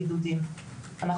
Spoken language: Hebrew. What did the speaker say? הבידודים והיעדר הצוותים.